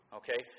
okay